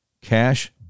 Cash